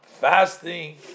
fasting